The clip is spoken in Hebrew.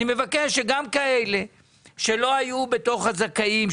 אני מבקש שגם כאלה שלא היו בתוך הזכאים,